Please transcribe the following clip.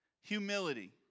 humility